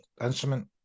instrument